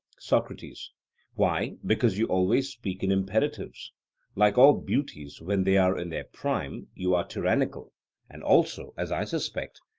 socrates why, because you always speak in imperatives like all beauties when they are in their prime, you are tyrannical and also, as i suspect,